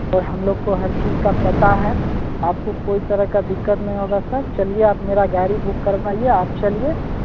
और हमलोग को हर चीज़ का पता है आपको कोई तरह का दिक्कत नहीं होगा सर चलिए आप मेरा गाड़ी बुक करवाइए आप चलिए